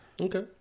Okay